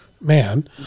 man